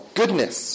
goodness